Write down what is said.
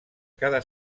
cada